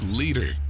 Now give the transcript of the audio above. leader